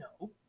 no